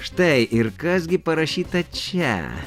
štai ir kas gi parašyta čia